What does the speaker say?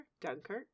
Dunkirk